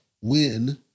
win